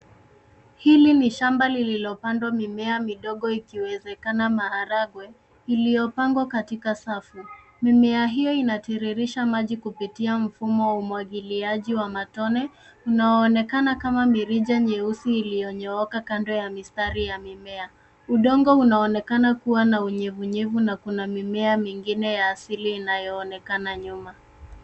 Hili ni shamba lililopandwa mimea midogo ikiwezekana maharagwe iliyopangwa katika safu, mimea hio inatiririsha maji kupitia mfumo wa umwagiliaji wa matone unaoonekana kama mirija nyeusi iliyonyooka kando ya mistari ya mimea. Udongo unaonekana kua na unyevunyevu na kuna mimea mingine ya asili.